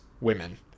women